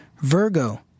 Virgo